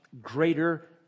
greater